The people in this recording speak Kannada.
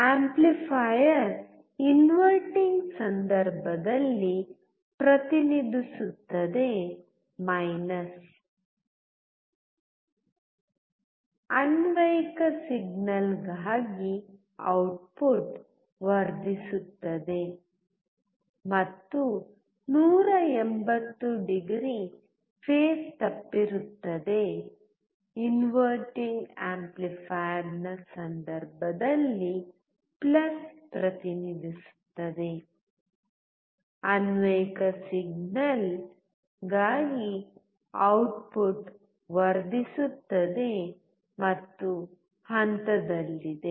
ಆಂಪ್ಲಿಫಯರ್ ಇನ್ವರ್ಟಿಂಗ್ ಸಂದರ್ಭದಲ್ಲಿ ಪ್ರತಿನಿಧಿಸುತ್ತದೆ ಅನ್ವಯಿಕ ಸಿಗ್ನಲ್ಗಾಗಿ ಔಟ್ಪುಟ್ ವರ್ಧಿಸುತ್ತದೆ ಮತ್ತು 180o ಫೇಸ್ ತಪ್ಪಿರುತ್ತವೆ ಇನ್ವರ್ಟಿಂಗ್ ಆಂಪ್ಲಿಫೈಯರ್ನ ಸಂದರ್ಭದಲ್ಲಿ "" ಪ್ರತಿನಿಧಿಸುತ್ತದೆ ಅನ್ವಯಿಕ ಸಿಗ್ನಲ್ಗಾಗಿ ಔಟ್ಪುಟ್ ವರ್ಧಿಸುತ್ತದೆ ಮತ್ತು ಹಂತದಲ್ಲಿದೆ